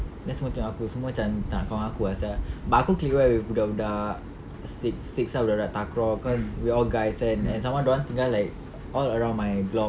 then semua tengok aku semua macam tak nak kawan aku ah sia but aku kira budak-budak six six ah budak-budak takraw cause we are all guys kan and some more dorang tinggal like all around my block